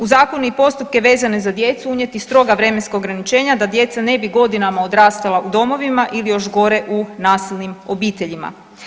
U zakonu i postupke vezane za djecu uvesti stroga vremenska ograničenja da djeca ne bi godinama odrastala u domovima ili još gore u nasilnim obiteljima.